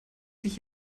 sich